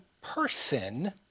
person